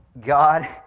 God